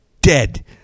dead